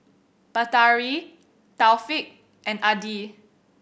Batari Taufik and Adi